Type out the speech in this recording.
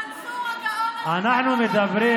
והוא גאון יותר מכולם,